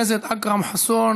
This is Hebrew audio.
חבר הכנסת אכרם חסון,